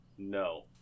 No